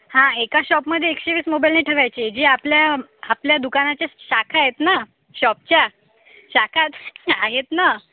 हा एका शॉपमध्ये एकशे वीस मोबाईल नाही ठेवायचे जे आपल्या आपल्या दुकानाच्या शाखा आहेत ना शॉपच्या शाखा आहेत ना